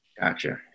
Gotcha